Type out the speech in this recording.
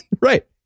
right